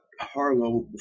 Harlow